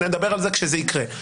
נדבר על זה כשזה יקרה.